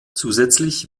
zusätzlich